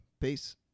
Peace